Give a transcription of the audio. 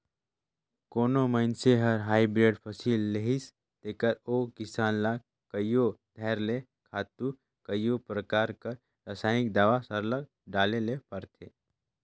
कोनो मइनसे हर हाईब्रिड फसिल लेहिस तेकर ओ किसान ल कइयो धाएर ले खातू कइयो परकार कर रसइनिक दावा सरलग डाले ले परथे